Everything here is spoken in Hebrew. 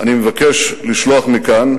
אני מבקש לשלוח מכאן,